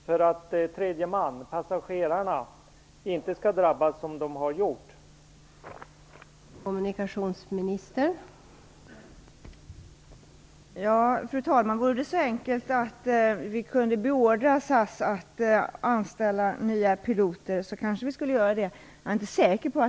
för att tredje man, passagerarna, inte skall drabbas så som de har gjort, i så fall vilka?